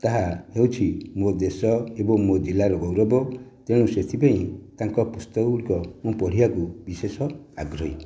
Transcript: ତାହା ହେଉଛି ମୋ ଦେଶ ଏବଂ ମୋ ଜିଲ୍ଲାର ଗୌରବ ତେଣୁ ସେଥିପାଇଁ ତାଙ୍କ ପୁସ୍ତକ ଗୁଡ଼ିକ ପଢ଼ିବାକୁ ମୁଁ ବିଶେଷ ଆଗ୍ରହୀ